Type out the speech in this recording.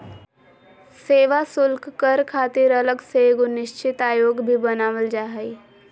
सेवा शुल्क कर खातिर अलग से एगो निश्चित आयोग भी बनावल जा हय